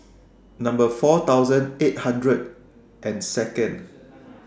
Number four thousand eight hundred and Second